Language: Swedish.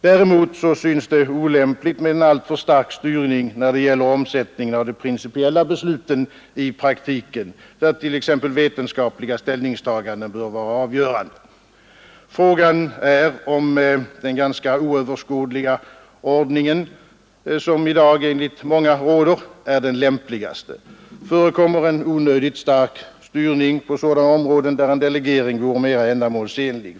Däremot synes det olämpligt med en alltför stark styrning när det gäller omsättningen av de principiella besluten i praktiken, där t.ex. vetenskapliga ställningstaganden bör vara avgörande. Frågan är om den ganska oöverskådliga ordning, som i dag enligt många råder, är den lämpligaste. Förekommer en onödigt stark styrning på sådana områden där en delegering vore mera ändamålsenlig?